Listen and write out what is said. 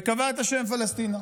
וקבע את השם פלשתינה,